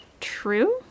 True